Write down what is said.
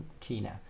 Tina